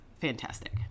fantastic